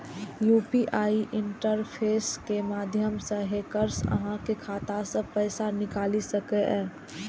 UPI interface के माध्यम सं हैकर्स अहांक खाता सं पैसा निकालि सकैए